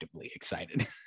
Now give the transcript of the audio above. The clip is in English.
excited